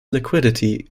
liquidity